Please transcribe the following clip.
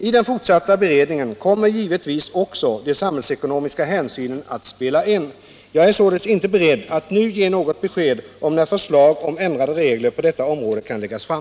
I den fortsatta beredningen kommer givetvis också de samhällsekonomiska hänsynen att spela in. Jag är således inte beredd att nu ge något besked om när förslag om ändrade regler på detta område kan läggas fram.